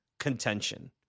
contention